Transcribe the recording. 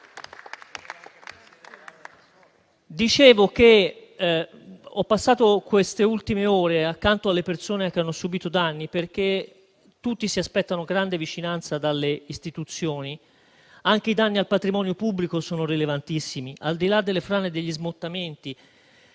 Presidente)*. Ho passato queste ultime ore accanto alle persone che hanno subito danni, perché tutti si aspettano grande vicinanza dalle istituzioni. Anche i danni al patrimonio pubblico sono rilevantissimi, al di là delle frane e degli smottamenti.